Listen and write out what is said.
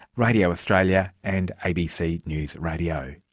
radio australia and abc news radio.